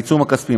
העיצום הכספי.